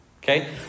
Okay